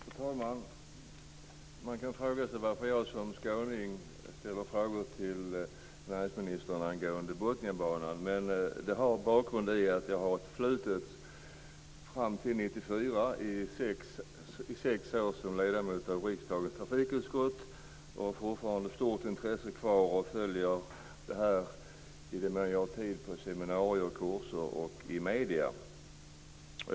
Fru talman! Man kan fråga sig varför jag som skåning ställer frågor till näringsministern angående Botniabanan, men det har sin bakgrund i att jag har ett förflutet som ledamot av riksdagens trafikutskott i sex år fram till 1994. Jag har fortfarande ett stort intresse kvar, och jag följer detta i den mån jag har tid på seminarier, kurser och i medierna.